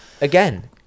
again